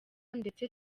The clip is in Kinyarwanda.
ndetse